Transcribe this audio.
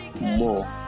more